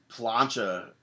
plancha